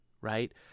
right